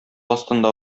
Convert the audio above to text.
астында